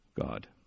God